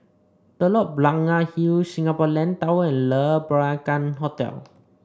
Telok Blangah Hill Singapore Land Tower and Le Peranakan Hotel